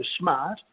smart